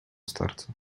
starca